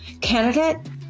candidate